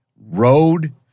Road